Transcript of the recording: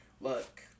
look